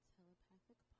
Telepathic